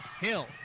Hill